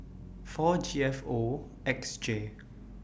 four G F O X J